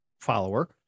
follower